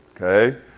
okay